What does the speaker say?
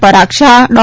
પરાગ Shah ડો